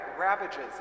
ravages